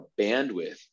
bandwidth